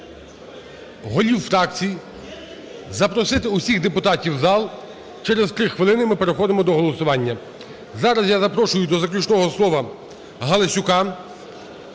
голів фракцій запросити усіх депутатів у зал, через 3 хвилини ми переходимо до голосування. Зараз я запрошую до заключного слова Галасюка